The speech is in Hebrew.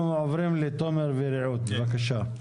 אנחנו עוברים לתומר ורעות, בבקשה.